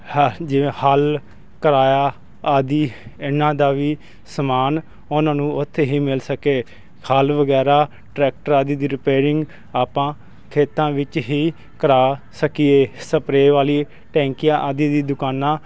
ਹ ਜੇ ਹੱਲ ਕਿਰਾਇਆ ਆਦਿ ਇਨ੍ਹਾਂ ਦਾ ਵੀ ਸਮਾਨ ਉਨ੍ਹਾਂ ਨੂੰ ਉੱਥੇ ਹੀ ਮਿਲ ਸਕੇ ਹੱਲ ਵਗੈਰਾ ਟਰੈਕਟਰ ਆਦਿ ਦੀ ਰਿਪੇਅਰਿੰਗ ਆਪਾਂ ਖੇਤਾਂ ਵਿੱਚ ਹੀ ਕਰਵਾ ਸਕੀਏ ਸਪਰੇਅ ਵਾਲੀ ਟੈਂਕੀਆਂ ਆਦਿ ਦੀ ਦੁਕਾਨਾਂ